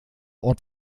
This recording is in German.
ort